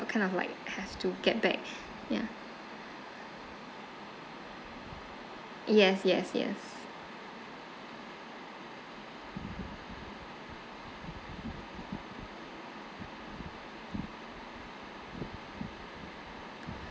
kind of like have to get back ya yes yes yes